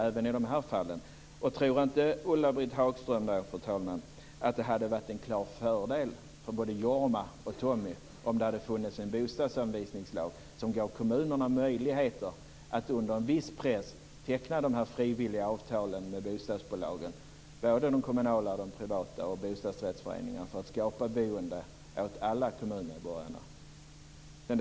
Tror inte Ulla-Britt Hagström att det hade varit en klar fördel för både Jorma och Tommy om det hade funnits en bostadsanvisningslag som gav kommunerna möjligheter att under en viss press teckna frivilliga avtal med bostadsbolagen - med både kommunala och privata bostadsbolag samt med bostadsrättsföreningar - för att skapa ett boende åt alla kommunmedborgare?